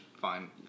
fine